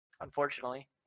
unfortunately